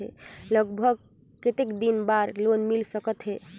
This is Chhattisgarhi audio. लगभग कतेक दिन बार लोन मिल सकत हे?